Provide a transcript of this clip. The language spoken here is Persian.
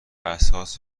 اساس